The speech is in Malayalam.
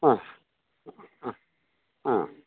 ആ ആ ആ